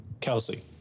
Kelsey